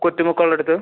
Kuttimukku ഉള്ളിടത്തെ